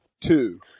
two